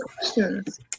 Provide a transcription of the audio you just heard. questions